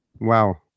wow